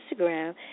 Instagram